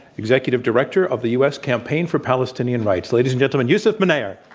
executive director of the u. s. campaign for palestinian rights. ladies and gentlemen, yousef munayyer.